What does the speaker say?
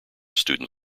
student